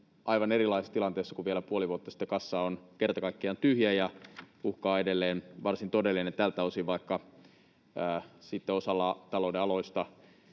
aivan erilaisessa tilanteessa kuin vielä puoli vuotta sitten. Kassa on kerta kaikkiaan tyhjä, ja uhka on edelleen varsin todellinen tältä osin, vaikka osalla talouden aloista